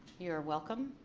you're welcome.